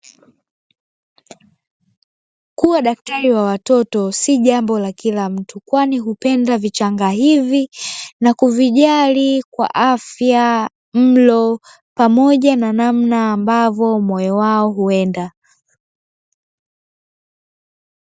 Kuwa daktari wa watoto si jambo la kila mtu kwani hupenda vichanga hivi na kuvijali kwa afya mlo pamoja na namna ambavyo moyo wao huenda